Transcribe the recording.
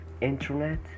internet